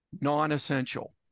non-essential